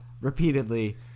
repeatedly